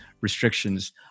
restrictions